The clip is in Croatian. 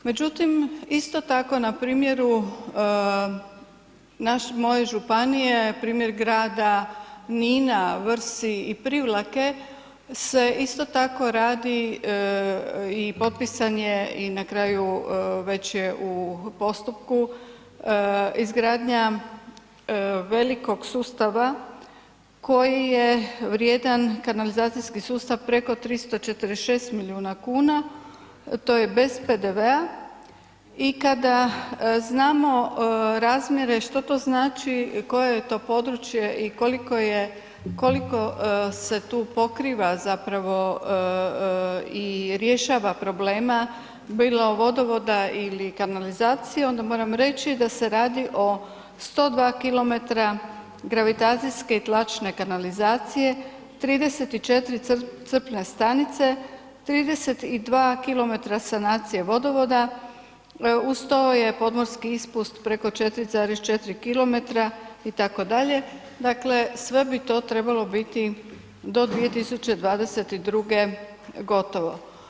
Međutim, isto tako na primjeru moje županije, primjer grada Nina, Vrsi i Privlake se isto tako radi i potpisan je i na kraju već je u postupku izgradnja velikog sustava koji je vrijedan, kanalizacijski sustav preko 346 milijuna kuna, to je bez PDV-a i kada znamo razmjere što to znači, koje je to područje i koliko se tu pokriva zapravo i rješava problema bilo vodovoda ili kanalizacije, onda moram reći da se radi o 102 km gravitacijske i tlačne kanalizacije, 34 crpne stanice, 32 km sanacije vodovoda, uz to je podmorski ispust preko 4,4 km itd., dakle sve bi to trebalo biti do 2022. gotovo.